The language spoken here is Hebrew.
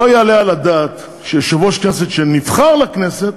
לא יעלה על הדעת שיושב-ראש כנסת שנבחר לכנסת